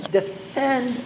defend